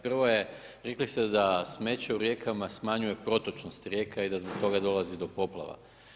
Prvo je, rekli ste da smeće u rijekama smanjuje protočnost rijeka i da zbog toga dolazi do poplava.